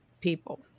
people